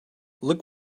look